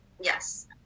Yes